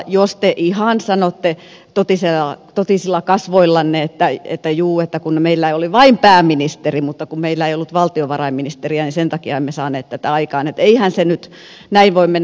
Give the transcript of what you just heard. jos te sanotte ihan totisilla kasvoillanne että juu kun meillä oli vain pääministeri mutta meillä ei ollut valtiovarainministeriä ja sen takia emme saaneet tätä aikaan niin eihän se nyt näin voi mennä